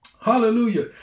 Hallelujah